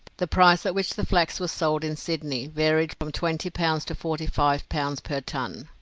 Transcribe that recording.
the price at which the flax was sold in sydney varied from twenty pounds to forty five pounds per ton,